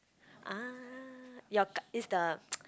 ah your card is the